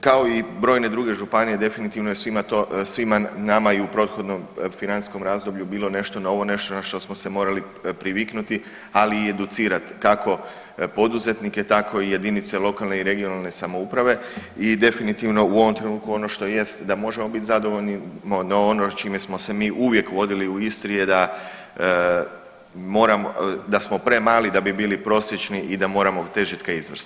Kao i brojne druge županije definitivno je svima to, svima nama i u prethodnom financijskom razdoblju bilo nešto novo, nešto na što smo se morali priviknuti, ali i educirat, kako poduzetnike tako i jedinice lokalne i regionalne samouprave i definitivno u ovom trenutku ono što jest da možemo bit zadovoljni, no ono čime smo se mi uvijek vodili u Istri je da moramo, da smo premali da bi bili prosječni i da moramo težit ka izvrsnosti.